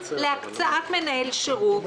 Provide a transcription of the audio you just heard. להקצאת מנהל שירות,